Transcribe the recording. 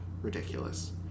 ridiculous